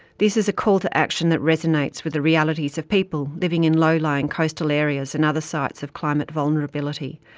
this is a call to action that resonates with the realities of people living in low-lying coastal areas and other sites of climate vulnerability,